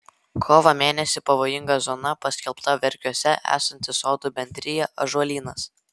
kovo mėnesį pavojinga zona paskelbta verkiuose esanti sodų bendrija ąžuolynas